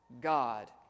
God